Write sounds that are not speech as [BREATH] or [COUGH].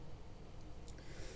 [BREATH]